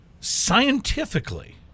Scientifically